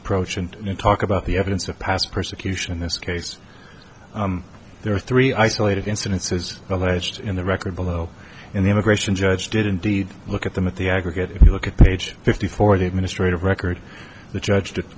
approach and talk about the evidence of past persecution in this case there are three isolated incidences alleged in the record below and the immigration judge did indeed look at them at the aggregate if you look at page fifty four of the administrative record the judge t